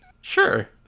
Sure